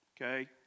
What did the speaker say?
Okay